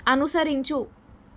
అనుసరించు